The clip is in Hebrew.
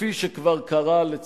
כפי שכבר קרה, לצערנו,